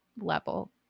level